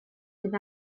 sydd